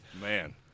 Man